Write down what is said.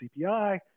CPI